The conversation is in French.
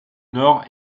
nord